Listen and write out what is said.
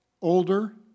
older